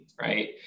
right